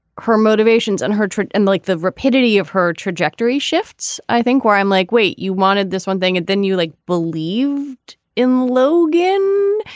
her motivations on her and like the rapidity of her trajectory shifts. i think where i'm like wait you wanted this one thing and then you like believed in logan.